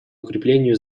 укреплению